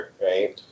right